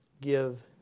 give